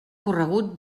corregut